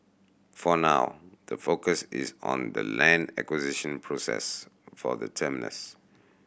for now the focus is on the land acquisition process for the terminus